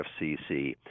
FCC